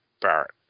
Barrett